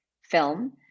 film